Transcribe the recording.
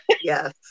Yes